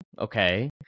Okay